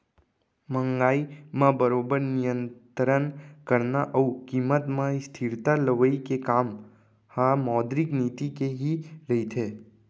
महंगाई म बरोबर नियंतरन करना अउ कीमत म स्थिरता लवई के काम ह मौद्रिक नीति के ही रहिथे